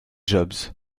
jobs